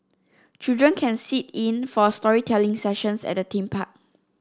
children can sit in for storytelling sessions at the theme park